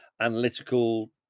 analytical